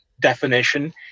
definition